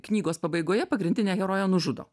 knygos pabaigoje pagrindinę heroję nužudo